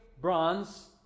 bronze